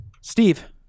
Steve